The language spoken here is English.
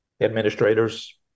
administrators